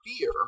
fear